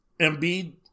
Embiid